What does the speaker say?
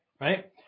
right